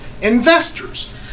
investors